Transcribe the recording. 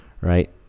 right